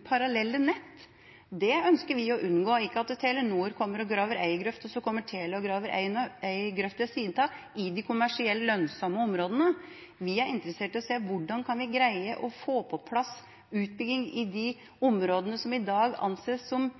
parallelle nett. Det ønsker vi å unngå, altså at Telenor kommer og graver en grøft, og så kommer Telia og kraver en grøft ved siden av i de kommersielt lønnsomme områdene. Vi er interessert i å se hvordan vi kan greie å få på plass utbygging i de områdene som i dag anses som